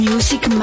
Music